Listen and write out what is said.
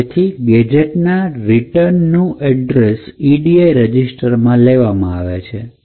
અને તેથી ગેજેટ ના રીટન નું એડ્રેસ edi રજીસ્ટરમાં લેવામાં આવે છે